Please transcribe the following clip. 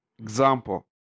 Example